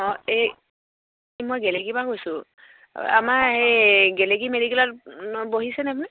অঁ এই মই গেলেকীৰপৰা কৈছোঁ আমাৰ এই গেলেকী মেডিকেলত বহিছেনে আপুনি